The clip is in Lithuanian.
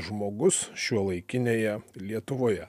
žmogus šiuolaikinėje lietuvoje